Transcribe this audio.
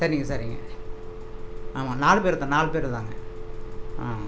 சரிங்க சரிங்க ஆமாம் நாலு பேர் தான் நாலு பேர் தாங்க ஆ